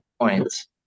points